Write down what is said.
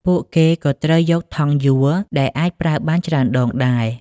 ពួកគេក៏ត្រូវយកថង់យួរដែលអាចប្រើបានច្រើនដងដែរ។